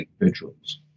individuals